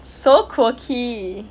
so quirky